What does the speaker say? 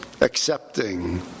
accepting